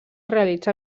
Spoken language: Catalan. realitza